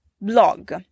blog